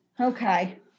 Okay